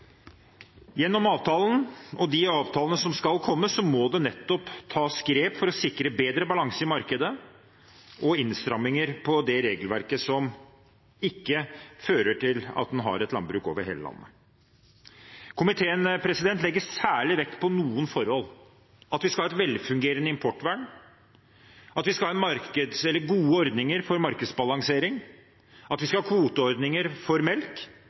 Gjennom avtalen – og de avtalene som skal komme – må det nettopp tas grep for å sikre bedre balanse i markedet og innstramminger i det regelverket som ikke fører til at man har et landbruk over hele landet. Komiteen legger særlig vekt på noen forhold: at vi skal ha et velfungerende importvern, at vi skal ha gode ordninger for markedsbalansering, og at vi skal ha kvoteordninger for melk.